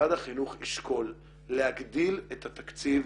שמשרד החינוך ישקול להגדיל את התקציב